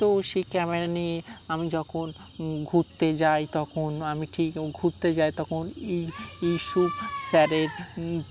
তো সেই ক্যামেরা নিয়ে আমি যখন ঘুরতে যাই তখন আমি ঠিক ঘুরতে যাই তখন ই ইউসুফ স্যারের